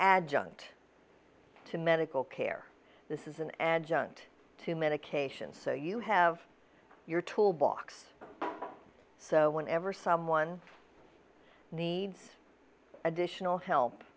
adjunct to medical care this is an adjunct to medication so you have your toolbox so whenever someone needs additional help